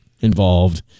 involved